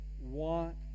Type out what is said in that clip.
want